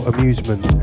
Amusement